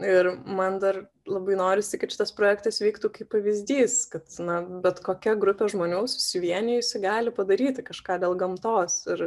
ir man dar labai norisi kad šitas projektas vyktų kaip pavyzdys kad na bet kokia grupė žmonių susivienijusi gali padaryti kažką dėl gamtos ir